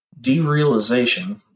derealization